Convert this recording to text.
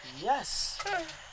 Yes